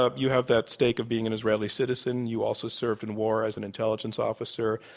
ah you have that stake of being an israeli citizen you also served in war as an intelligence officer.